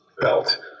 belt